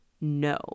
no